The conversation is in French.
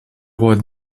rois